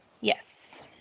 Yes